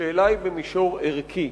השאלה היא במישור ערכי.